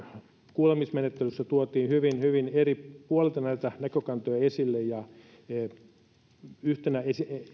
kuulemismenettelyssä tuotiin hyvin hyvin eri puolilta näitä näkökantoja esille ja taloudellisuuden lisäksi yhtenä